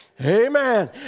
Amen